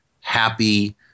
happy